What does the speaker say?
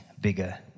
bigger